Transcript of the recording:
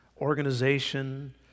organization